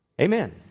Amen